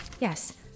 Yes